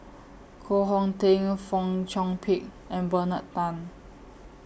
Koh Hong Teng Fong Chong Pik and Bernard Tan